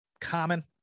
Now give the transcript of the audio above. common